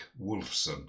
Wolfson